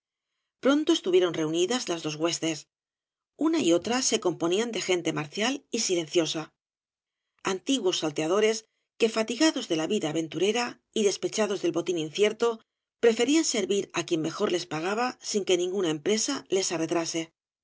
pronto estuvieron reunidas las dos huestes una y otra se componían de gente marcial y silenciosa antiguos salteadores que fatigados de la vida aventurera y despechados del botín incierto preferían servir á quien mejor les pagaba sin que ninguna empresa les arredrase